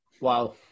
Wow